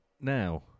Now